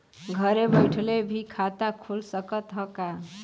घरे बइठले भी खाता खुल सकत ह का?